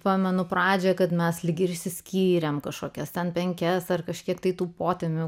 pamenu pradžioje kad mes lyg ir išsiskyrėm kažkokias ten penkias ar kažkiek tai tų potėpių